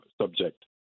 subject